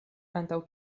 antaŭ